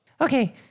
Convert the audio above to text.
Okay